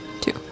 Two